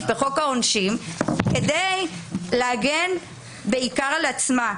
בחוק העונשין כדי להגן בעיקר על עצמה.